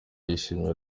yashimye